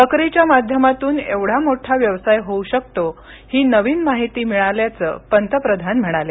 बकरी च्या माध्यमातून एवढा मोठा व्यवसाय होऊ शकतो ही नवीन माहिती मिळाल्याचे पंतप्रधानांनी म्हणाले